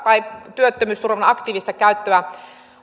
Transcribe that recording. työttömyysturvan aktiivista käyttöä